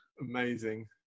Amazing